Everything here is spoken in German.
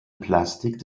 plastik